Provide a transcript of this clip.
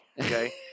okay